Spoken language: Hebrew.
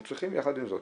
אנחנו צריכים יחד עם זאת,